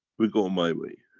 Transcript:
we go my way,